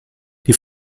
die